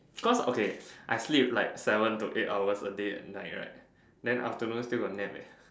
cause okay I sleep like seven okay hours a day at night right then afternoon still got nap